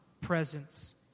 presence